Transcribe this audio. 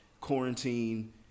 quarantine